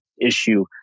issue